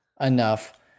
enough